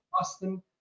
Austin